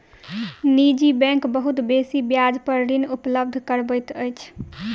निजी बैंक बहुत बेसी ब्याज पर ऋण उपलब्ध करबैत अछि